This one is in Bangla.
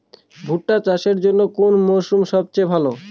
ভুট্টা চাষের জন্যে কোন মরশুম সবচেয়ে ভালো?